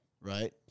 right